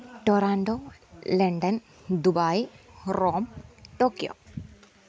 Toronto London Dubai Rome Tokyo